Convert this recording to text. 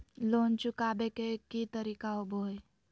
Loan चुकाबे के की तरीका होबो हइ?